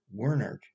Wernert